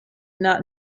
not